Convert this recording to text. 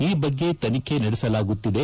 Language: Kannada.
ಈ ಬಗ್ಗೆ ತನಿಖೆ ನಡೆಸಲಾಗುತ್ತಿದೆ